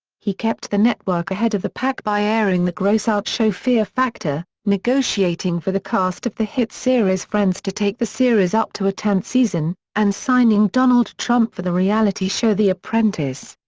he kept the network ahead of the pack by airing the gross out show fear factor, negotiating for the cast of the hit series friends to take the series up to a tenth season, and signing donald trump for the reality show the apprentice.